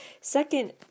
Second